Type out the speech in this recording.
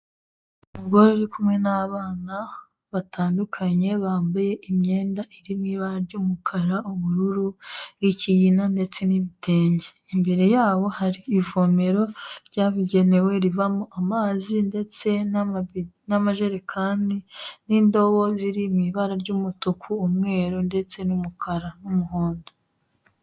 Umugore uri kumwe n'abana batandukanye, bambaye imyenda iri mu ibara ry'umukara, ubururu, ikigina ndetse n'ibitenge. Imbere yabo hari ivomero ryabugenewe rivamo amazi ndetse n'amajerekani n'indobo ziri mu ibara ry'umutuku, umweru ndetse n'umukara n'umuhondo.